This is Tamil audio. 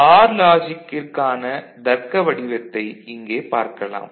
ஆர் லாஜிக்கிற்கான தர்க்க வடிவத்தை இங்கே பார்க்கலாம்